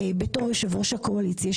כיושב ראש הקואליציה,